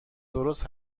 درست